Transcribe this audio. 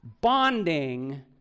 Bonding